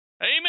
Amen